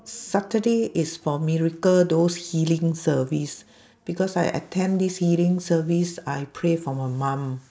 saturday is for miracle those healing service because I attend this healing service I pray for my mum